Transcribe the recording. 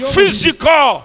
Physical